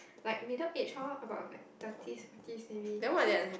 like middle aged hor about like thirties forties maybe so